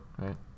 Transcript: right